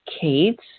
Kate